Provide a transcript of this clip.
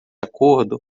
acordo